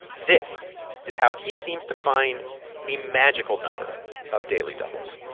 this is how he seems to find a magical number of daily doubles